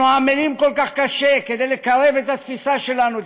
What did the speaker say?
אנחנו עמלים כל כך קשה כדי לקרב את התפיסה שלנו,